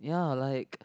ya like